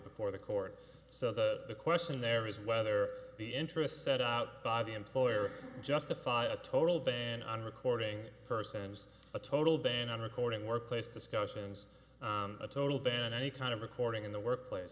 before the court so the question there is whether the interest set out by the employer justify a total ban on recording persons a total ban on recording workplace discussions a total ban any kind of recording in the workplace